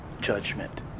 judgment